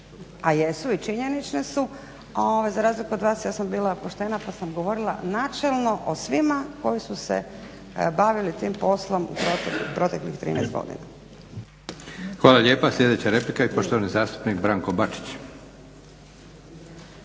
a jesu i činjenične su. Za razliku od vas ja sam bila poštena pa sam govorila načelno o svima koji su se bavili tim poslom proteklih 13 godina. **Leko, Josip (SDP)** Hvala lijepa. Sljedeća replika i poštovani zastupnik Branko Bačić.